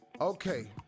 Okay